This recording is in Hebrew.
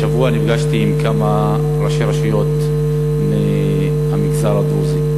השבוע נפגשתי עם כמה ראשי רשויות מהמגזר הדרוזי,